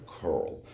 curl